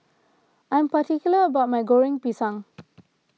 I am particular about my Goreng Pisang